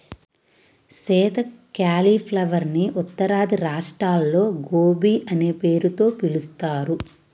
Sita cauliflower ని ఉత్తరాది రాష్ట్రాల్లో గోబీ అనే పేరుతో పిలుస్తారు